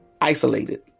Isolated